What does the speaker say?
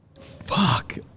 Fuck